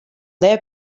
their